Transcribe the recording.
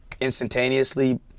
instantaneously